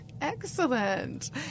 Excellent